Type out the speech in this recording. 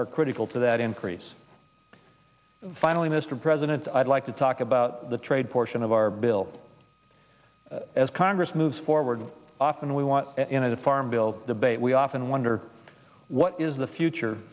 are critical to that increase finally mr president i'd like to talk about the trade portion of our bill as congress moves forward and we want the farm bill debate we often wonder what is the future